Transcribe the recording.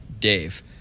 Dave